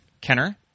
Kenner